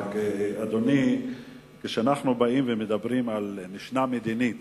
רק שכשאנחנו באים ומדברים על משנה מדינית